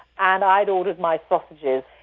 and i had ordered my sausages,